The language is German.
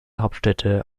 hauptstädte